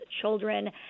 children